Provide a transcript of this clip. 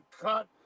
cut